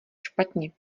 špatně